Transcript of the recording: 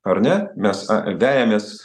ar ne mes vejamės